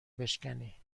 بشکنی